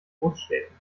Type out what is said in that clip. großstädten